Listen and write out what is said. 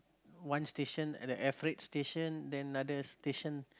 one station at the air freight station then another station